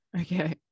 Okay